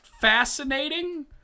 fascinating